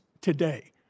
today